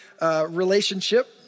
relationship